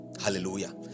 Hallelujah